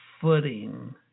footing